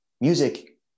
Music